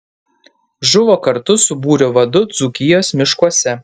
žuvo kartu su būrio vadu dzūkijos miškuose